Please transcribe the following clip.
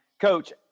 Coach